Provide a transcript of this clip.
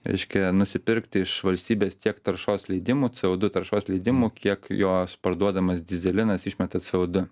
reiškia nusipirkti iš valstybės tiek taršos leidimų c o du taršos leidimų kiek jos parduodamas dyzelinas išmeta c o du